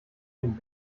den